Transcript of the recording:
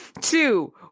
two